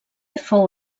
fou